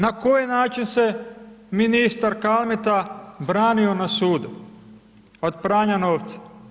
Na koji način se ministar Kalmeta branio na sudu od pranja novca?